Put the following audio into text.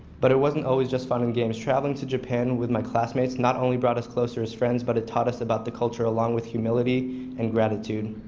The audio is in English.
but it wasn't always just fun and games. traveling to japan with my classmates not only brought us closer as friends, but it taught us about the culture along with humility and gratitude.